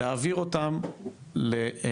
להעביר אותם ללשכות,